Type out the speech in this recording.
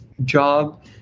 job